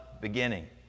beginning